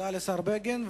תודה לשר בגין.